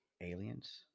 aliens